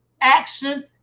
action